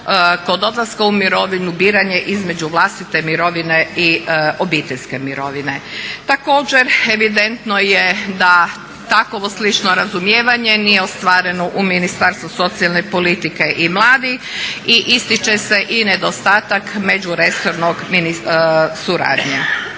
kod odlaska u mirovinu biranje između vlastite mirovine i obiteljske mirovine. Također evidentno je da takovo slično razumijevanje nije ostvareno u Ministarstvu socijalne politike i mladih i ističe se i nedostatak međuresorske suradnje.